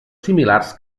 similars